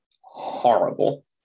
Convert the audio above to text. horrible